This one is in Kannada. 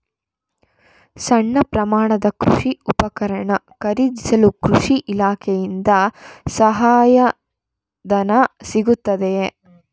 ಸಣ್ಣ ಪ್ರಮಾಣದ ಕೃಷಿ ಉಪಕರಣ ಖರೀದಿಸಲು ಕೃಷಿ ಇಲಾಖೆಯಿಂದ ಸಹಾಯಧನ ಸಿಗುತ್ತದೆಯೇ?